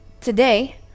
Today